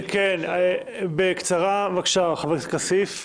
כסיף, בבקשה, אבל בקצרה.